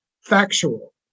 factual